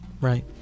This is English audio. Right